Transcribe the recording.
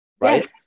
right